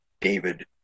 David